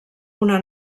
una